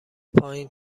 پایین